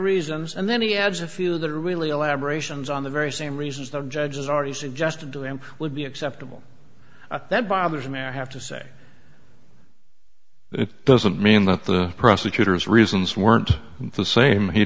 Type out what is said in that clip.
reasons and then he adds a few that are really elaborations on the very same reasons the judge has already suggested to him would be acceptable that bothers me i have to say it doesn't mean that the prosecutors reasons weren't the same